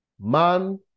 man